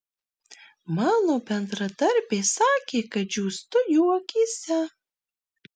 mano bendradarbės sakė kad džiūstu jų akyse